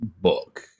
book